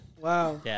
Wow